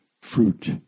fruit